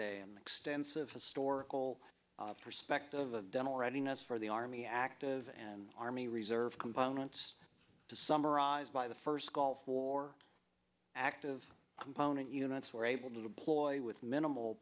a and extensive historical perspective of dental readiness for the army active and army reserve components to summarize by the first gulf war active component units were able to ploy with minimal